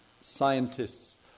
scientists